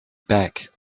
back